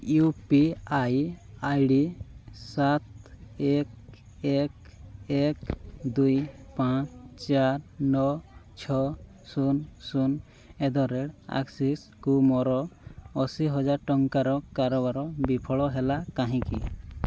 you P I I D ସାତ ଏକ ଏକ ଏକ ଦୁଇ ପାଞ୍ଚ ଚାରି ନଅ ଛଅ ଶୂନ ଶୂନ ଆଟ୍ ଦ ରେଟ୍ ଆକ୍ସିସ୍କୁ ମୋର ଅଶୀ ହଜାର ଟଙ୍କାର କାରବାର ବିଫଳ ହେଲା କାହିଁକି